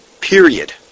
Period